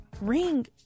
Ring